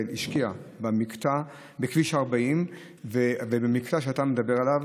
השקיעה בכביש 40 ובמקטע שאתה מדבר עליו,